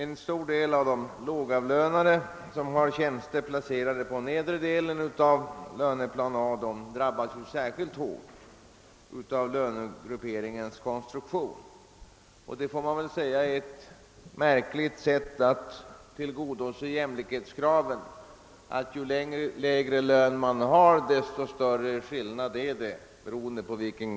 En stor del av de lågavlönade som har tjänster placerade på nedre delen av löneplan A drabbas särskilt hårt av grupperingens konstruktion. Det får man väl säga är ett märkligt sätt att tillgodose jämlikhetskravet, att ju lägre lön man har desto större blir skillnaden.